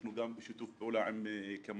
אנחנו גם בשיתוף פעולה עם כמאל,